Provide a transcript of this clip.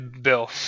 Bill